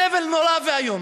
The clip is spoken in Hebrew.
סבל נורא ואיום.